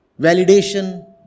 validation